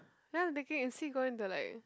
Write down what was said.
then I'm thinking is he going to like